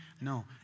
No